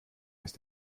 ist